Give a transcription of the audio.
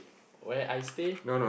where I stay